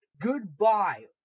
goodbye